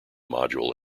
module